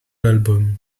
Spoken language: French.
l’album